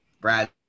Brad